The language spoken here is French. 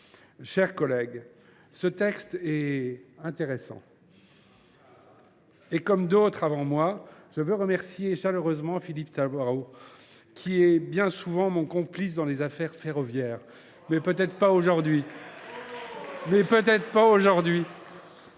chers collègues, ce texte est intéressant. Comme d’autres avant moi, je veux remercier chaleureusement Philippe Tabarot, qui est bien souvent mon complice dans les affaires ferroviaires, mais qui ne le sera peut être pas aujourd’hui…